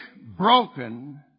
broken